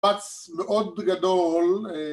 מקבץ מאוד גדול